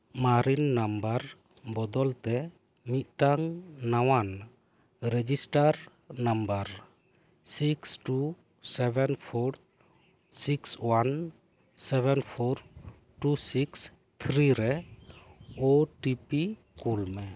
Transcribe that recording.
ᱢᱟᱨᱮᱱ ᱱᱟᱢᱵᱟᱨ ᱵᱚᱫᱚᱞ ᱛᱮ ᱢᱤᱫᱴᱟᱝ ᱱᱟᱣᱟᱱ register number six two seven four six one seven four two six three ᱨᱮ ᱳ ᱴᱤ ᱯᱤ ᱠᱳᱞ ᱢᱮ